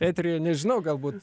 eteryje nežinau galbūt